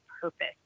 purpose